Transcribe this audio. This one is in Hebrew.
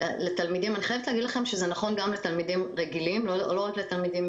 לתלמידים זה נכון גם לתלמידים רגילים ולא רק לתלמידים